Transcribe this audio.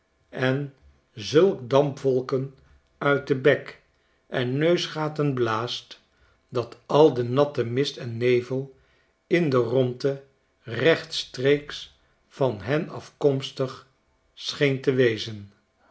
en zulke dampwolken uit bek en neusgaten blaast dat al de natte mist en nevel in de rondte rechtstreeks van hen afkomstig scheen